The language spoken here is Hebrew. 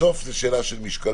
בסוף זה שאלה של משקלות,